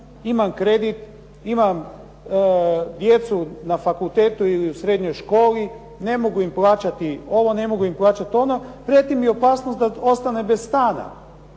imam kredit, imam djecu na fakultetu ili u srednjoj školi, ne mogu im plaćati ovo, ne mogu ono. Prijeti mi opasnost da ostanem bez sna,